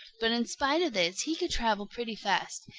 but in spite of this he could travel pretty fast,